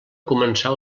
començar